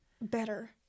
better